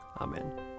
Amen